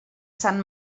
sant